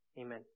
Amen